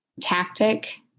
tactic